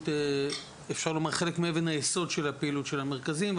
חלק מאבן היסוד של הפעילות של המרכזים,